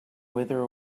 wither